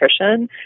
nutrition